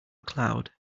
cloud